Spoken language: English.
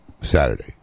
Saturday